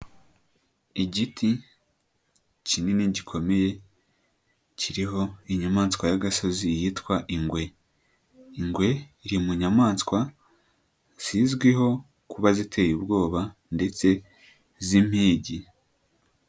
Igiti kinini gikomeye kiriho inyamaswa y'agasozi yitwa ingwe. Ingwe iri mu nyamaswa zizwiho kuba ziteye ubwoba ndetse z'impigi.